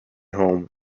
home